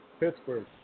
Pittsburgh